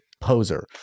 poser